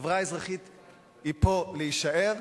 החברה האזרחית היא פה להישאר.